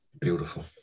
beautiful